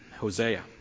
Hosea